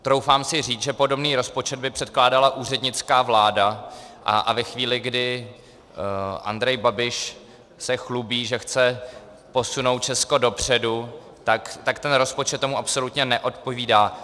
Troufám si říct, že podobný rozpočet by předkládala úřednická vláda, a ve chvíli, kdy se Andrej Babiš chlubí, že chce posunout Česko dopředu, tak ten rozpočet tomu absolutně neodpovídá.